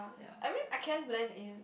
I mean I can blend in